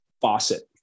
Faucet